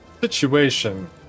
situation